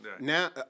now